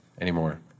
anymore